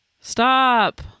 Stop